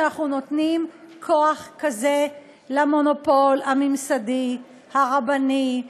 שאנחנו נותנים כוח כזה למונופול הממסדי הרבני,